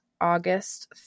August